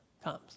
comes